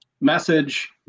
message